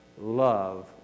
love